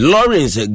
Lawrence